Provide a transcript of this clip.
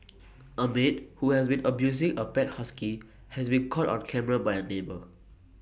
A maid who has been abusing A pet husky has been caught on camera by A neighbour